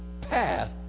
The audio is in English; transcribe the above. path